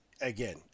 Again